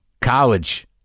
college